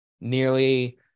nearly